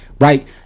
right